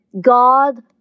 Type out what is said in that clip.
God